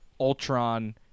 Ultron